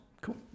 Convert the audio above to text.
Cool